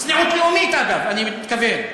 צניעות לאומית, אגב, אני מתכוון.